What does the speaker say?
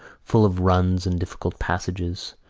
full of runs and difficult passages,